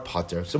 Potter